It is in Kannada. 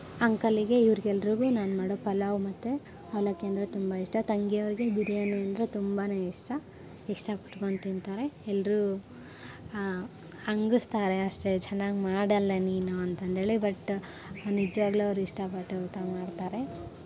ಅಂಕಲ್ಲಿಗೆ ಇವ್ರಿಗೆ ಎಲ್ಲರಿಗೂ ನಾನು ಮಾಡೋ ಪಲಾವ್ ಮತ್ತು ಅವಲಕ್ಕಿ ಅಂದರೆ ತುಂಬ ಇಷ್ಟ ತಂಗಿ ಅವ್ರಿಗೆ ಬಿರಿಯಾನಿ ಅಂದರೆ ತುಂಬಾ ಇಷ್ಟ ಇಷ್ಟಪಟ್ಕೊಂಡು ತಿಂತಾರೆ ಎಲ್ಲರೂ ಹಾ ಹಂಗಿಸ್ತಾರೆ ಅಷ್ಟೇ ಚೆನ್ನಾಗ್ ಮಾಡೋಲ್ಲ ನೀನು ಅಂತಂದೇಳಿ ಬಟ್ ನಿಜವಾಗ್ಲು ಅವ್ರು ಇಷ್ಟಪಟ್ಟು ಊಟ ಮಾಡ್ತಾರೆ